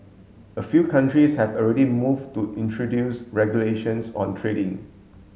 a few countries have already moved to introduce regulations on trading